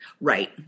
right